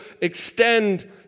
extend